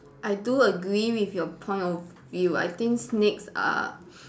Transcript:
I do agree with your point of view I think snakes are